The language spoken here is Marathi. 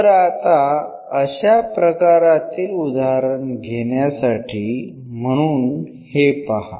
तर आता अशा प्रकारातील उदाहरण घेण्यासाठी म्हणून हे पहा